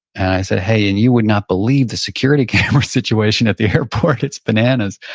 and i said, hey, and you would not believe the security cameras situation at the airport. it's bananas.